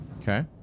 Okay